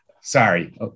sorry